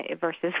versus